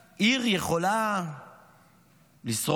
עיר יכולה לשרוד.